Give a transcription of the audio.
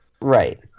right